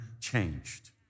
changed